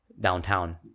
downtown